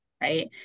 Right